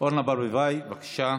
אורנה ברביבאי, בבקשה.